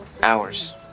Hours